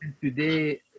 today